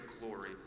glory